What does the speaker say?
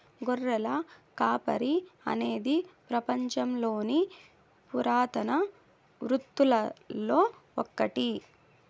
గొర్రెల కాపరి అనేది పపంచంలోని పురాతన వృత్తులలో ఒకటి